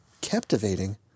captivating